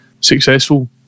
successful